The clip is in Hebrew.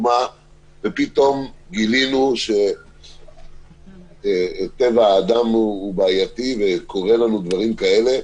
ופתאום גילינו שטבע האדם הוא בעייתי וקורים לנו דברים כאלה.